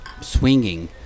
swinging